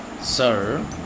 sir